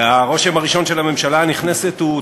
והרושם הראשון של הממשלה הנכנסת הוא,